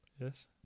Yes